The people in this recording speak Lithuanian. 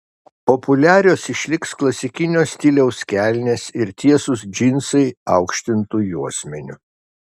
populiarios išliks klasikinio stiliaus kelnės ir tiesūs džinsai aukštintu juosmeniu